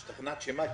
השתכנעת שמה?